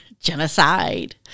Genocide